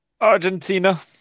Argentina